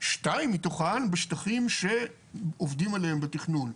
שתיים מתוכן בשטחים שעובדים עליהן בתכנון.